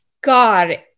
God